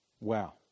Wow